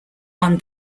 one